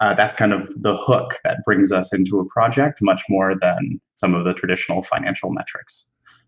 ah that's kind of the hook that brings us into a project much more than some of the traditional financial metrics.